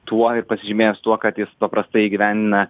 tuo ir pasižymėjęs tuo kad jis paprastai įgyvendina